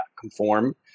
conform